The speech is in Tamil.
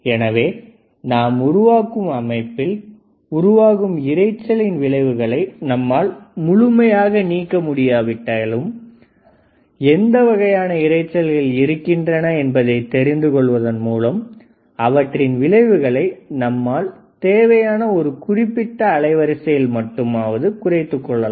எனவே நாம் உருவாக்கும் அமைப்பில் உருவாகும் இரைச்சலின் விளைவுகளை நம்மால் முழுமையாக நீக்க முடியாவிட்டாலும் எந்த வகையான இரைச்சல்கள் இருக்கின்றன என்பதை தெரிந்து கொள்வதன் மூலம் அவற்றின் விளைவுகளை நமக்குத் தேவையான ஒரு குறிப்பிட்ட அலைவரிசையில் மட்டுமாவது நாம் குறைத்துக் கொள்ளலாம்